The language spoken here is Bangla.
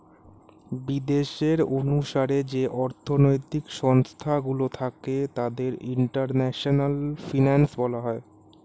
বিদেশের অনুসারে যে অর্থনৈতিক সংস্থা গুলো থাকে তাদের ইন্টারন্যাশনাল ফিনান্স বলা হয়